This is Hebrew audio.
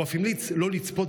הוא אף המליץ לא לצפות,